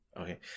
okay